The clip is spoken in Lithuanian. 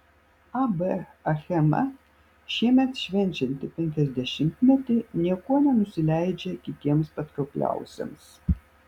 ab achema šiemet švenčianti penkiasdešimtmetį niekuo nenusileidžia kitiems patraukliausiems